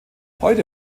heute